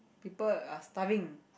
people are starving